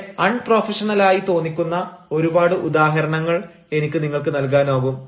വളരെ അൺപ്രൊഫഷണലായി തോന്നിക്കുന്ന ഒരുപാട് ഉദാഹരണങ്ങൾ എനിക്ക് നിങ്ങൾക്ക് നൽകാനാകും